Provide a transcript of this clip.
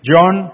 John